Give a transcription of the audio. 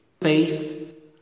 Faith